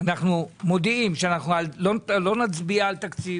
אנו מודיעים שלא נצביע על תקציב